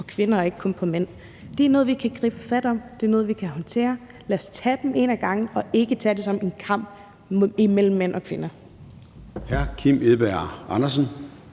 på kvinder og ikke kun på mænd. Det er noget, vi kan gribe fat om, det er noget, vi kan håndtere. Lad os tage dem en ad gangen og ikke tage det som en kamp mellem mænd og kvinder.